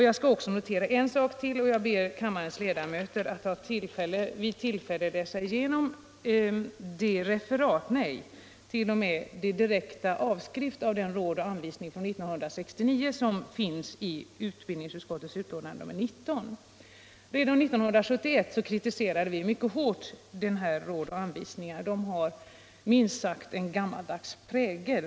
Jag vill be kammarens ledamöter att vid tillfälle läsa igenom den direkta avskrift av de råd och anvisningar från 1969 som finns i utbildningsutskottets betänkande nr 19. Redan 1971 kritiserade vi mycket hårt dessa råd och anvisningar. De har minst sagt en gammaldags prägel.